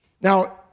Now